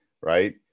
right